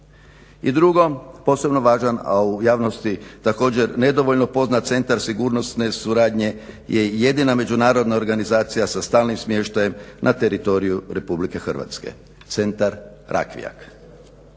I drugo, posebno važan, a u javnosti također nedovoljno poznat Centar sigurnosne suradnje je jedina međunarodna organizacija sa stalnim smještajem na teritoriju RH, Centar Rakvijak.